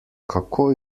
kako